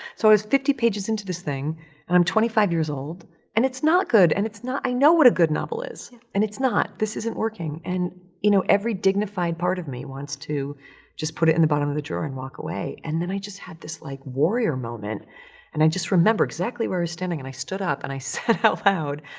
so i was fifty pages into this thing and i'm twenty five years old and it's not good and it's not, and i know what a good novel is, and it's not. this isn't working. and, you know, every dignified part of me wants to just put it in the bottom of the drawer and walk away. and then i just had, like, this, like, warrior moment and i just remember exactly where i was standing and i stood up and i said out,